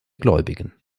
gläubigen